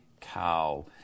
cow